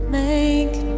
make